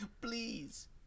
please